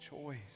choice